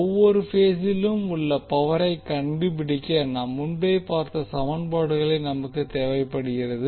ஒவ்வொரு பேசிலும் உள்ள பவரை கண்டுபிடிக்க நாம் முன்பே பார்த்த சமன்பாடுகள் நமக்கு தேவைப்படுகிறது